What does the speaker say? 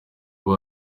uba